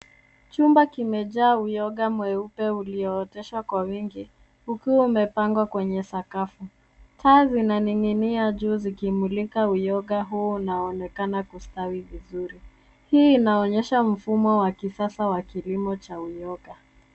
Chumba kimejaa uyoga mweupe uliooteshwa kwa wingi ukiwa umepangwa kwenye sakafu. taa zinaninginia juu zikimulika uyoga huo ulionekana kustawi vizuri. hii inaonyesha mfumo wa kisasa wa kilimo cha uyoga.